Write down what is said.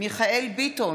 מיכאל מרדכי ביטון,